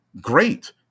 great